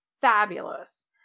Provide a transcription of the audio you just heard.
fabulous